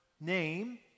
name